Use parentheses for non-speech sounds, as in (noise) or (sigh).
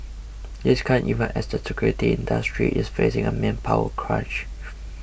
this comes even as the security industry is facing a manpower crunch (noise)